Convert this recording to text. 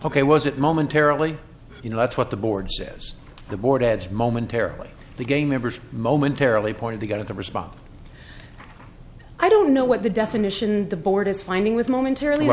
ok was it momentarily you know that's what the board says the board adds momentarily the gay members momentarily pointed the gun at the response i don't know what the definition the board is finding with momentarily